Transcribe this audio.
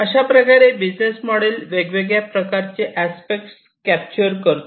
अशाप्रकारे business model वेगवेगळ्या प्रकारचे अस्पेक्ट कॅप्चर करतो